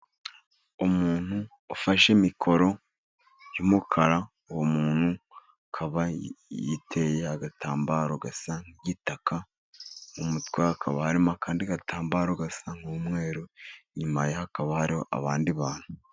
Umuntu ufashe mikoro y'umukara, uwo muntu akaba yiteye agatambaro gasa n'igitaka. Mu mutwe hakaba harimo akandi gatambaro gasa nk'umweruru, inyuma hakaba hariho abandi bantu.